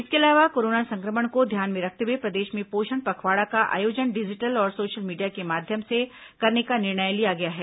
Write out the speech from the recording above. इसके अलावा कोरोना संक्रमण को ध्यान में रखते हुए प्रदेश में पोषण पखवाड़ा का आयोजन डिजिटल और सोशल मीडिया के माध्यम से करने का निर्णय लिया गया है